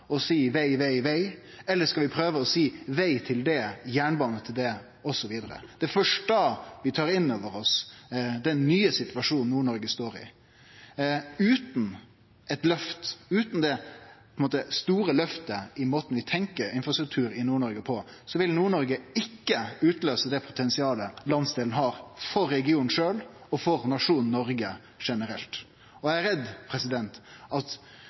og seie: veg, veg, veg, eller skal vi prøve å seie veg til det, jernbane til det, osv. Det er først da vi tar innover oss den nye situasjonen Nord-Noreg står i. Utan eit løft, utan det store løftet i måten vi tenkjer infrastruktur i Nord-Noreg på, vil Nord-Noreg ikkje utløyse det potensialet landsdelen har for regionen sjølv og for nasjonen Noreg generelt. Eg er redd at